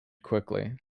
quickly